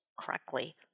Correctly